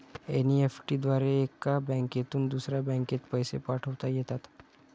NEFT द्वारे एका बँकेतून दुसऱ्या बँकेत पैसे पाठवता येतात